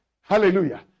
Hallelujah